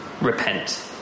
Repent